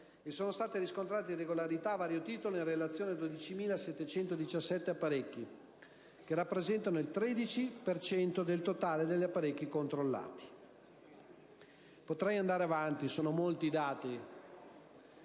e sono state riscontrate irregolarità a vario titolo in relazione a 12.717 apparecchi, che rappresentano il 13 per cento del totale degli apparecchi controllati. Potrei andare avanti, perché sono molti i dati,